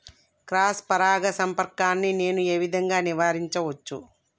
Cross పరాగ సంపర్కాన్ని నేను ఏ విధంగా నివారించచ్చు?